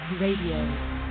RADIO